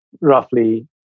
roughly